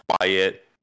quiet